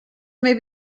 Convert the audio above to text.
may